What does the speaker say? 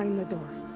um the door?